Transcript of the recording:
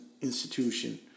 institution